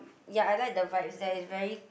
ya I like the vibes there it's very